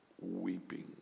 weeping